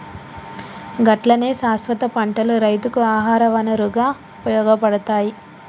గట్లనే శాస్వత పంటలు రైతుకు ఆహార వనరుగా ఉపయోగపడతాయి